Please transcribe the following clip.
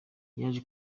yaje